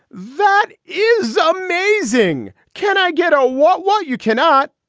that is amazing. can i get a what? well, you cannot,